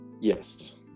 Yes